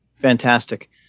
fantastic